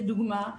כדוגמה,